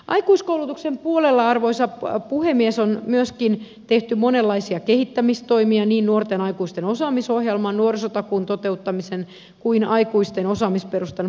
aikuiskoulutuksen puolella arvoisa puhemies on myöskin tehty monenlaisia kehittämistoimia niin nuorten aikuisten osaamisohjelman nuorisotakuun toteuttamisen kuin aikuisten osaamisperustan vahvistamisenkin suhteen